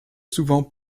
souvent